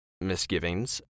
misgivings